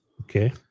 Okay